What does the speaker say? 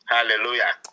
Hallelujah